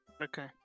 Okay